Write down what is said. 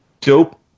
dope